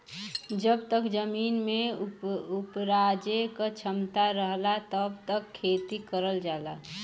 जब तक जमीन में उपराजे क क्षमता रहला तब तक खेती करल जाला